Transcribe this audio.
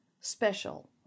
special